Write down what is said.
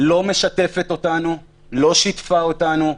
לא משתפת אותנו, לא שיתפה אותנו.